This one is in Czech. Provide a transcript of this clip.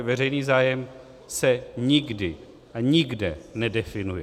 Veřejný zájem se nikdy a nikde nedefinuje.